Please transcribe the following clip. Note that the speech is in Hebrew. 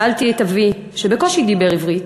שאלתי את אבי, שבקושי דיבר עברית,